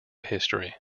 history